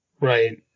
Right